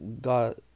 got